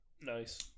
Nice